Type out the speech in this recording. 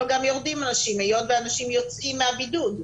אבל גם יורדים אנשים היות ואנשים יוצאים מהבידוד,